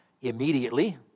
immediately